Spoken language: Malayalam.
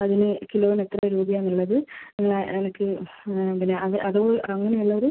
അതിന് കിലോന് എത്ര രൂപയാണ് ഉള്ളത് ഉള്ളത് എനിക്ക് ആ പിന്നെ അത് അത് അങ്ങനെ ഉള്ള ഒരു